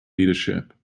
leadership